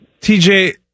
TJ